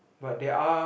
but there are